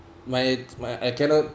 my my I cannot